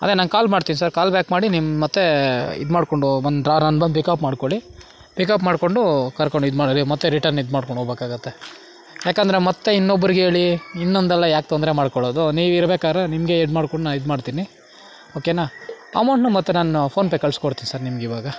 ಅದೇ ನಾನು ಕಾಲ್ ಮಾಡ್ತೀನಿ ಸರ್ ಕಾಲ್ ಬ್ಯಾಕ್ ಮಾಡಿ ನಿಮ್ಮ ಮತ್ತು ಇದು ಮಾಡಿಕೊಂಡು ಬಂದು ಪಿಕಪ್ ಮಾಡಿಕೊಳ್ಳಿ ಪಿಕಪ್ ಮಾಡಿಕೊಂಡು ಕರ್ಕೊಂಡು ಇದು ಮಾಡಿ ಮತ್ತು ರಿಟರ್ನ್ ಇದು ಮಾಡ್ಕೊಂಡು ಹೋಗ್ಬೇಕಾಗತ್ತೆ ಯಾಕಂದರೆ ಮತ್ತು ಇನ್ನೊಬ್ರಿಗೆ ಹೇಳಿ ಇನ್ನೊಂದಲ್ಲ ಯಾಕೆ ತೊಂದರೆ ಮಾಡಿಕೊಳ್ಳೋದು ನೀವು ಇರಬೇಕಾರೆ ನಿಮಗೆ ಇದು ಮಾಡಿಕೊಂಡು ನಾ ಇದು ಮಾಡ್ತೀನಿ ಓಕೆ ನಾ ಅಮೌಂಟ್ನ ಮತ್ತು ನಾನು ಫೋನ್ಪೇ ಕಳಿಸ್ಕೊಡ್ತೀನಿ ಸರ್ ನಿಮ್ಗೆ ಇವಾಗ